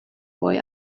boy